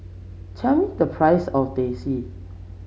tell me the price of Teh C